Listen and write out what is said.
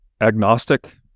agnostic